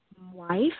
wife